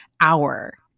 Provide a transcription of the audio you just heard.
hour